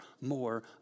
more